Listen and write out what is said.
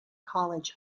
college